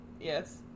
yes